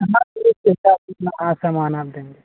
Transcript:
मतलब रेट के हिसाब से सामान आप देंगे